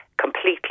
completely